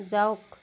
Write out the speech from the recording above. যাওক